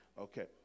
Okay